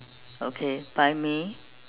okay buy me